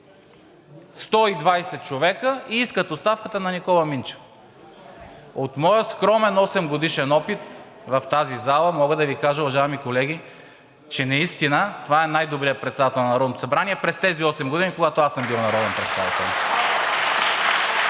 120 човека и искат оставката на Никола Минчев! От моя скромен 8-годишен опит в тази зала мога да Ви кажа, уважаеми колеги, че наистина това е най-добрият председател на Народното събрание през тези 8 години, когато аз съм бил народен представител.